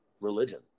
religion